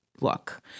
look